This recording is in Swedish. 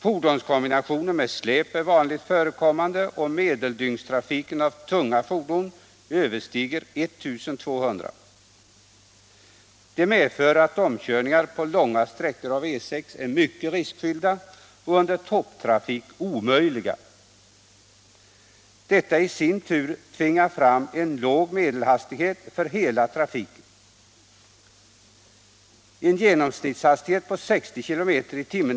Fordonskombinationer med släp är vanligt förekommande, och medeldygnstrafiken av tunga fordon överstiger 1 200. Detta medför att omkörningar på långa sträckor av E 6 är mycket riskfyllda och under topptrafik omöjliga. I sin tur tvingar detta fram en låg medelhastighet för hela trafiken. En genomsnittshastighet på 60 km/tim.